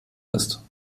ist